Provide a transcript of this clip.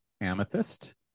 Amethyst